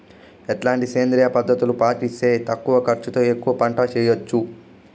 ఎట్లాంటి సేంద్రియ పద్ధతులు పాటిస్తే తక్కువ ఖర్చు తో ఎక్కువగా పంట చేయొచ్చు?